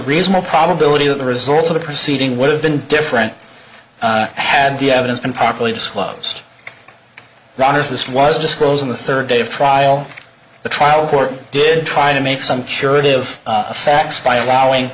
reasonable probability that the results of the proceeding would have been different had the evidence been properly disclosed rogers this was disclosed on the third day of trial the trial court did try to make some curative facts by allowing